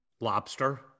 lobster